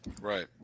Right